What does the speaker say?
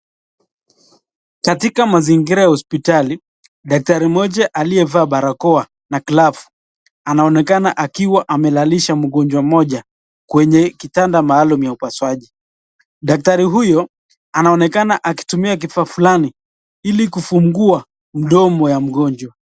Katika mazingira ya hospitali, daktari mmoja aliyevaa barakoa na glavu anaonekana akiwa amelalaisha mgonjwa mmoja kwenye kitanda maalum ya upasuaji. Daktari huyo anaonekana akitumia kifaa fulani ili kufungua mdomo wa mgonjwa huyo.